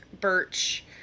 Birch